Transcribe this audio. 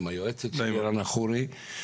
עם היועצת רנא חורי,